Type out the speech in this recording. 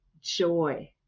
joy